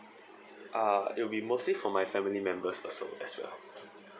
ah it will be mostly for my family members also as well